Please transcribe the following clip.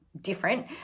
different